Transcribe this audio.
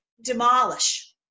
demolish